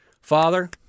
Father